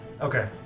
Okay